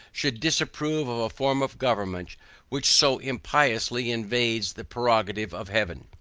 should disapprove of a form of government which so impiously invades the prerogative of heaven.